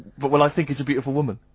but will i think it's a beautiful woman?